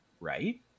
Right